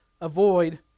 avoid